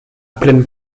pleine